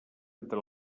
entre